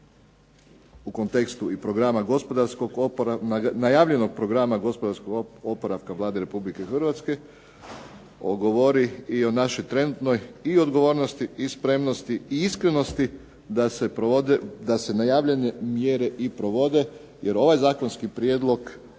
zakona govori u kontekstu najavljenog programa gospodarskog oporavka Vlada Republike Hrvatske govori i o našoj trenutnoj odgovornosti i spremnosti i iskrenosti da se najavljene mjere i provode, jer ovaj zakonski prijedlog